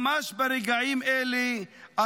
ממש ברגעים אלה,